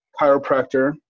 chiropractor